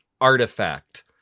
artifact